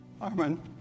Armin